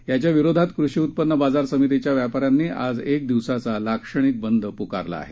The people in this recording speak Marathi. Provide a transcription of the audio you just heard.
याच्या विरोधात कृषी उत्पन्न बाजार समितीच्या व्यापार्यांनी आज एक दिवसाचा लाक्षणिक बंद पुकारला आहे